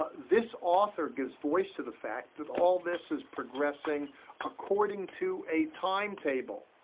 ah this author gives voice to the fact that all this is progressing according to a timetable,